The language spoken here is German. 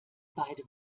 beide